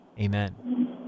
amen